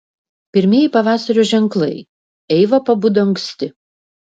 pirmieji pavasario ženklai eiva pabudo anksti